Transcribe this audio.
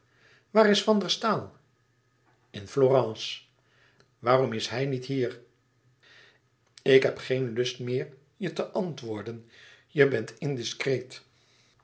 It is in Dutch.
waar is van der staal in florence waarom is hij niet hier ik heb geen lust je meer te antwoorden je bent indiscreet